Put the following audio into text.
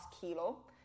kilo